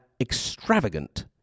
extravagant